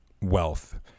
wealth